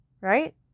Right